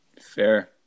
Fair